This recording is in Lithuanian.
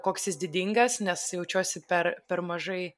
koks jis didingas nes jaučiuosi per per mažai